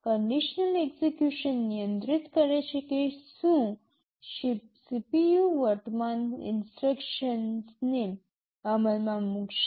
conditional execution નિયંત્રિત કરે છે કે શું CPU વર્તમાન ઇન્સટ્રક્શનને અમલમાં મૂકશે